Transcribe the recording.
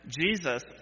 Jesus